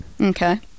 Okay